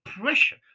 pressure